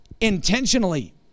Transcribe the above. intentionally